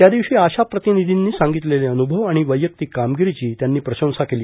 त्या दिवशी आशा प्रतिनिधींनी सांगितलेले अनुभव आणि वैयक्तिक कामगिरीची त्यांनी प्रशंसा केली